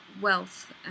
wealth